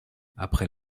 après